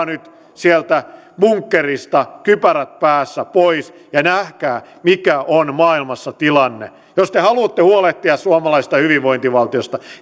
nyt sieltä bunkkerista kypärät päässä pois ja nähkää mikä on maailmassa tilanne jos te haluatte huolehtia suomalaisesta hyvinvointivaltiosta